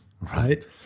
right